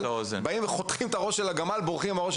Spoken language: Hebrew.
זה לחתוך את ראש הגמל ולברוח אתו,